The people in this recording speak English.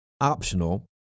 optional